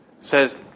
says